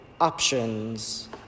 options